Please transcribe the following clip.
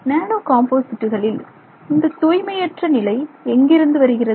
நானோ காம்போசிட்டுகளில் இந்த தூய்மையற்ற நிலை எங்கிருந்து வருகிறது